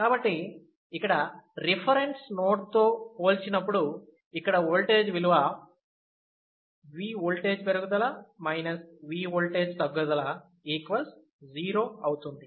కాబట్టి ఇక్కడ reference node తో పోల్చినప్పుడు ఇక్కడ ఓల్టేజ్ విలువ V ఓల్టేజ్ పెరుగుదల V ఓల్టేజ్ తగ్గుదల 0 అవుతుంది